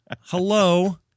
Hello